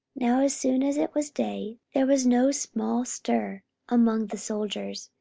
now as soon as it was day, there was no small stir among the soldiers,